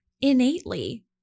innately